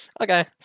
okay